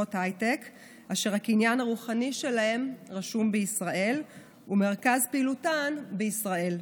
לחברות הייטק אשר הקניין הרוחני שלהן רשום בישראל ומרכז פעילותן בישראל.